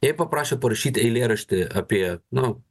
jai paprašė parašyt eilėraštį apie nu